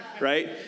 right